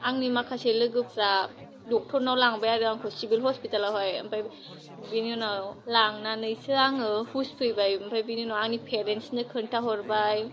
आंनि माखासे लोगोफ्रा डक्टरनाव लांबाय आरोखि आंखौ सिबिल हस्पिटेलाव हाय ओमफाय बिनि उनाव लांनानैसो आङो हुस फैबाय ओमफाय बिनि उनाव आंनि पेरेन्टसनो खोन्था हरबाय